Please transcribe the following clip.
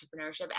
entrepreneurship